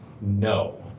no